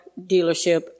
dealership